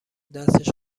دستش